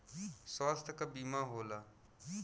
स्वास्थ्य क बीमा होला